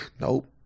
Nope